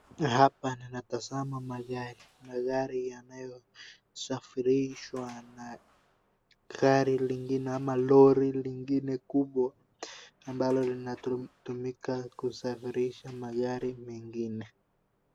Hapa na tazama magari, magari yanayo safirishwa na gari lingine ama lorry lingine kubwa ambalo linatumiwa kusafirisha magari mengine.